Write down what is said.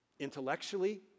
Intellectually